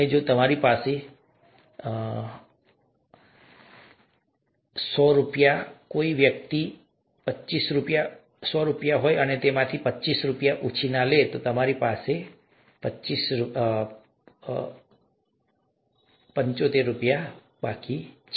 અને જો મારી પાસે હોય તો આપણે કહીએ કે સો રૂપિયા જો કોઈ વ્યક્તિ પચીસ રૂપિયા ઉછીના લે છે તો મારી પાસે પચીસ રૂપિયા બાકી છે